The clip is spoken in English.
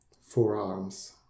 forearms